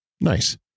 Nice